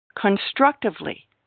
Constructively